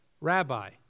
Rabbi